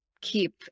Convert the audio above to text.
keep